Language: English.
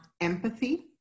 empathy